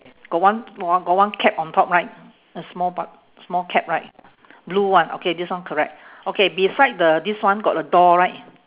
got one got one got one cap on top right a small part small cap right blue one okay this one correct okay beside the this one got a door right